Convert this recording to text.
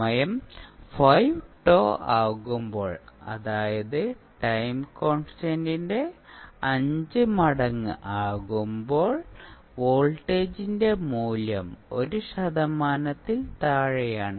സമയം 5 τ ആകുമ്പോൾ അതായത് ടൈം കോൺസ്റ്റന്റിന്റെ 5 മടങ്ങ് ആകുമ്പോൾ വോൾട്ടേജിന്റെ മൂല്യം ഒരു ശതമാനത്തിൽ താഴെയാണ്